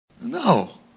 No